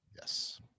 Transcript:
yes